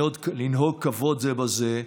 לנהוג כבוד זה בזה,